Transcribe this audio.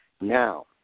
Now